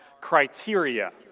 criteria